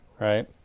right